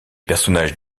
personnages